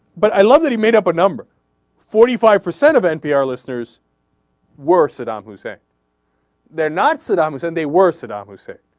but i love you made up a number forty five percent of npr listeners were saddam hussein they're not saddam is and they were saddam hussein